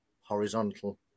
horizontal